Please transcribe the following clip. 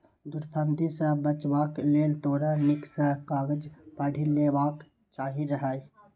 धुरफंदी सँ बचबाक लेल तोरा नीक सँ कागज पढ़ि लेबाक चाही रहय